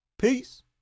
Peace